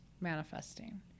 manifesting